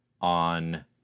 on